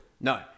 No